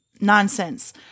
nonsense